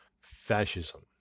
fascism